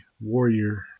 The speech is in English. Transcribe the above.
warrior